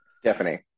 Stephanie